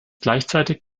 gleichzeitig